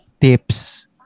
tips